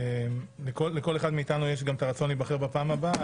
וכיוון שלכל אחד מאתנו יש רצון להיבחר בפעם הבאה,